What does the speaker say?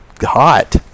hot